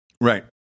Right